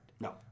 no